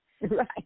Right